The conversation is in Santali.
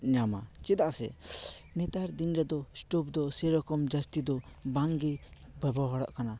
ᱧᱟᱢᱟ ᱪᱮᱫᱟ ᱥᱮ ᱱᱮᱛᱟᱨ ᱫᱤᱱ ᱨᱮᱫᱚ ᱥᱴᱳᱯ ᱫᱚ ᱡᱟᱹᱥᱛᱤ ᱫᱚ ᱵᱟᱝᱜᱮ ᱵᱮᱵᱚᱦᱟᱨᱚᱜ ᱠᱟᱱᱟ